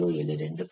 07 2